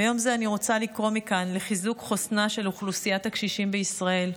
ביום זה אני רוצה לקרוא מכאן לחיזוק חוסנה של אוכלוסיית הקשישים בישראל,